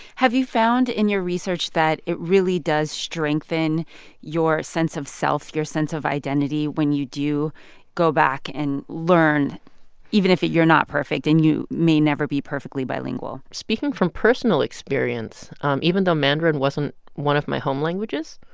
have you found in your research that it really does strengthen your sense of self, your sense of identity, when you do go back and learn even if you're not perfect and you may never be perfectly bilingual? speaking from personal experience um even though mandarin wasn't one of my home languages,